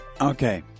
Okay